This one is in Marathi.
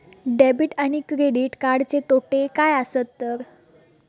डेबिट आणि क्रेडिट कार्डचे तोटे काय आसत तर?